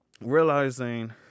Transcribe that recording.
realizing